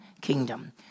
kingdom